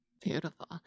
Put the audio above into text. Beautiful